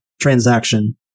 transaction